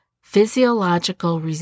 physiological